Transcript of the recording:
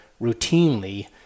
routinely